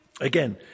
Again